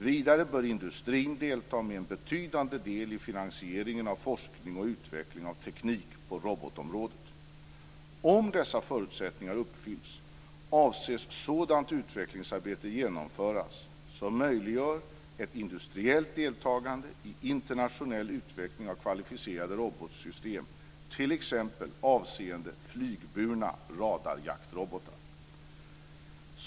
Vidare bör industrin delta med en betydande del i finansieringen av forskning och utveckling av teknik på robotområdet. Om dessa förutsättningar uppfylls avses sådant utvecklingsarbete genomföras som möjliggör ett industriellt deltagande i internationell utveckling av kvalificerade robotsystem t.ex. avseende flygburna radarjaktrobotar.